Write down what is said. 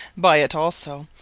by it also,